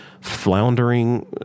floundering